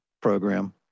program